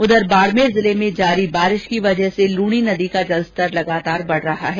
उधर बाड़मेर जिले में जारी बारिश की वजह से लूणी नदी का जलस्तर लगातार बढ़ रहा है